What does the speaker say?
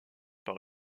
par